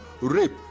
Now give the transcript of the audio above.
rape